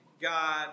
God